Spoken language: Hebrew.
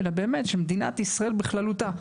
אלא באמת של מדינת ישראל בכללותה.